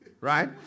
right